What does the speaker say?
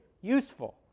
useful